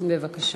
מתנגדים